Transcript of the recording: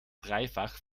dreifach